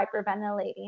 hyperventilating